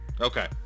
Okay